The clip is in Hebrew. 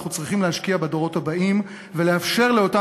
אנחנו צריכים להשקיע בדורות הבאים ולאפשר לאותם